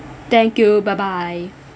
thank you bye bye